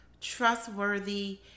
trustworthy